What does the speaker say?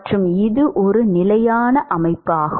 மற்றும் இது ஒரு நிலையான அமைப்பு ஆகும்